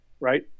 right